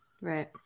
Right